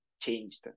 changed